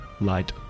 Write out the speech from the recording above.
Light